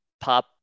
pop